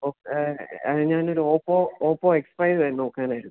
ഞാനൊരു Oppo Oppo X five നോക്കാനായിരുന്നു